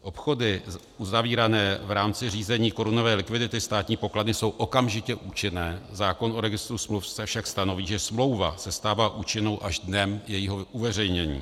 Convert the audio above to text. Obchody uzavírané v rámci řízení korunové likvidity státní pokladny jsou okamžitě účinné, zákon o registru smluv však stanoví, že smlouva se stává účinnou až dnem jejího uveřejnění.